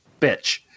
bitch